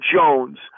Jones